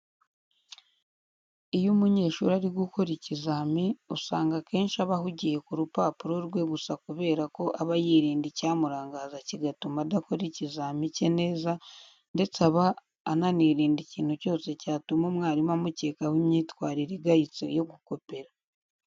Iyo umunyeshuri ari gukora ikizami, usanga akenshi aba ahugiye ku rupapuro rwe gusa kubera ko aba yirinda icyamurangaza kigatuma adakora ikizamini cye neza ndetse aba ananirinda ikintu cyose cyatuma umwarimu amukekaho imyitwarire igayitse yo gukopera.